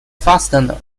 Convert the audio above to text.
fastener